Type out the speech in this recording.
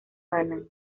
ganan